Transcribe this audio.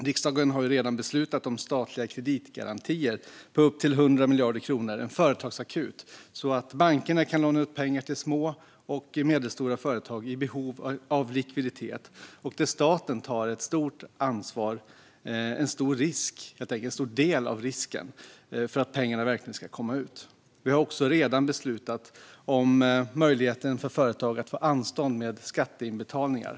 Riksdagen har redan fattat beslut om statliga kreditgarantier på upp till 100 miljarder kronor - en företagsakut - så att bankerna kan låna ut pengar till små och medelstora företag i behov av likviditet. Staten tar här ett stort ansvar och en stor del av risken för att pengarna verkligen ska komma ut. Vi har också redan fattat beslut om en möjlighet för företag att få anstånd med skatteinbetalningar.